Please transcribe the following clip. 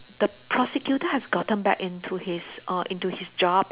the prosecutor has gotten back into his uh into his job